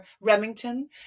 Remington